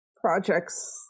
projects